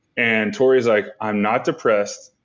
and tori's like i'm not depressed.